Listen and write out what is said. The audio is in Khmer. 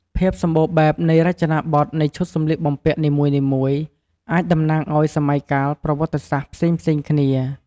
ភាពសម្បូរបែបនៃរចនាបថនៃឈុតសម្លៀកបំពាក់នីមួយៗ អាចតំណាងឱ្យ សម័យកាលប្រវត្តិសាស្ត្រផ្សេងៗគ្នា។